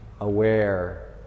aware